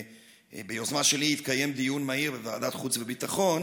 ביוזמה שלי יתקיים דיון מהיר בוועדת חוץ וביטחון